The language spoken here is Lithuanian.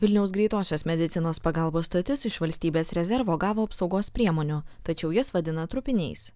vilniaus greitosios medicinos pagalbos stotis iš valstybės rezervo gavo apsaugos priemonių tačiau jas vadina trupiniais